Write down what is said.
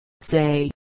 say